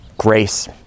Grace